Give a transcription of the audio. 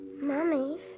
Mommy